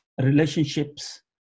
relationships